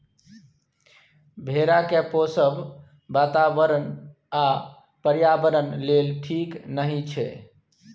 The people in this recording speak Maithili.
भेड़ा केँ पोसब बाताबरण आ पर्यावरण लेल ठीक नहि छै